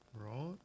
Right